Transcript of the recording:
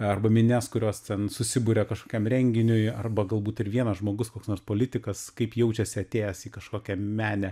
arba minias kurios ten susiburia kažkokiam renginiui arba galbūt ir vienas žmogus koks nors politikas kaip jaučiasi atėjęs į kažkokią menę